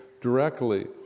directly